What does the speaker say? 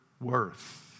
worth